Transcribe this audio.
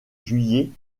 juillet